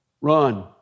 Run